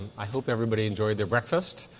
i hope everybody enjoyed their breakfast.